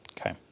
Okay